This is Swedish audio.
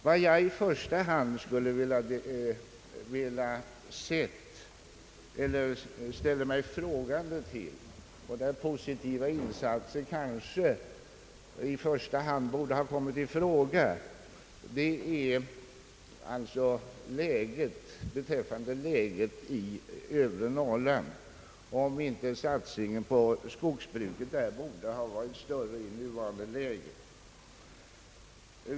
Vad jag i första hand ställer mig frågande till och där positiva insatser kanske i första hand borde ha kommit i fråga är läget i övre Norrland. Jag undrar om inte satsningen på skogsbruket där borde ha varit större i nuvarande läge.